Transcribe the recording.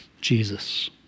Jesus